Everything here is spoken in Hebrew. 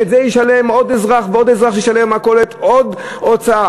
את זה ישלם עוד אזרח ועוד אזרח שישלם במכולת עוד הוצאה.